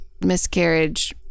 miscarriage